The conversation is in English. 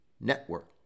network